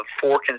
four